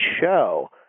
show